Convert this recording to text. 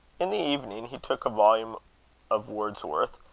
in the evening, he took a volume of wordsworth,